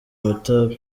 umutako